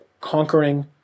conquering